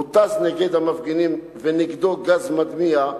הותז נגד המפגינים ונגדו גז מדמיע.